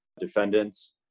defendants